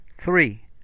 Three